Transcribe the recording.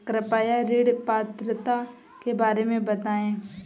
कृपया ऋण पात्रता के बारे में बताएँ?